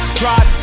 drive